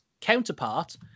counterpart